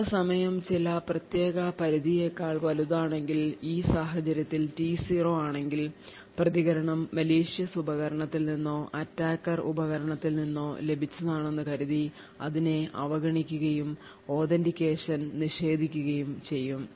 എടുത്ത സമയം ചില പ്രത്യേക പരിധിയേക്കാൾ വലുതാണെങ്കിൽ ഈ സാഹചര്യത്തിൽ T0 ആണെങ്കിൽ പ്രതികരണം malicious ഉപകരണത്തിൽ നിന്നോ attacker ഉപകരണത്തിൽ നിന്നോ ലഭിച്ചതാണെന്നു കരുതി അതിനെ അവഗണിക്കുകയും authentication നിഷേധിക്കുകയും ചെയ്യും